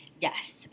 Yes